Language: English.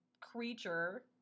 creature